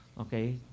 Okay